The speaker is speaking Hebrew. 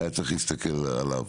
היה צריך להסתכל עליו.